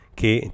che